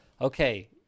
Okay